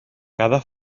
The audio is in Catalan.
cada